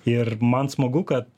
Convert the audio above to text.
ir man smagu kad